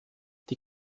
die